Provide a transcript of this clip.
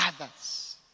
others